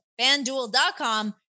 Fanduel.com